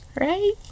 right